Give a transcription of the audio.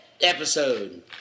episode